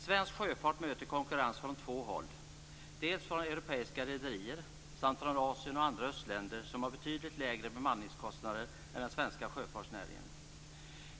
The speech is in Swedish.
Svensk sjöfart möter konkurrens från två håll, dels från europeiska rederier, dels från Asien och andra östländer som har betydligt lägre bemanningskostnader än den svenska sjöfartsnäringen.